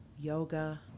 yoga